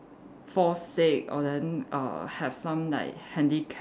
fall sick or then err have some like handicap